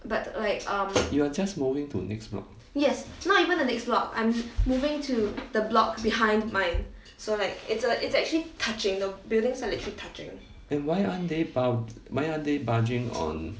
you are just moving to next block then why aren't they bu~ budging on